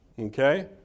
okay